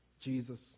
Jesus